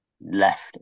left